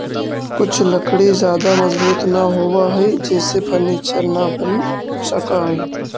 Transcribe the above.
कुछ लकड़ी ज्यादा मजबूत न होवऽ हइ जेसे फर्नीचर न बन सकऽ हइ